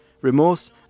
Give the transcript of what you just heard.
Remorse